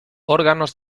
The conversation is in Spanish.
órganos